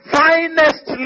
finest